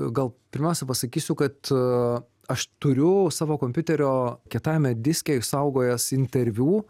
gal pirmiausia pasakysiu kad aš turiu savo kompiuterio kietajame diske išsaugojęs interviu